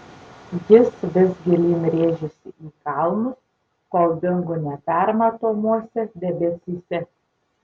jis vis gilyn rėžėsi į kalnus kol dingo nepermatomuose debesyse